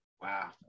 Wow